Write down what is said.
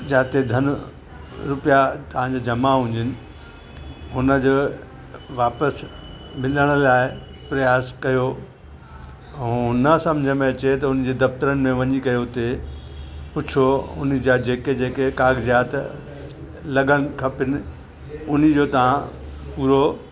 जाते धन रुपया तव्हांजा जमा हुजनि उन जे वापसि मिलण लाइ प्रयास कयो ऐं न सम्झ में अचे त उन्हनि जे दफ़तरनि में वञी करे उते पुछो उन जा जेके जेके काग़ज़ात लॻनि खपनि उन जो तव्हां पूरो